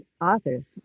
authors